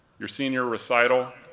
your senior recital,